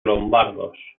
lombardos